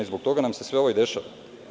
Zbog toga nam se sve ovo i dešava.